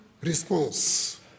response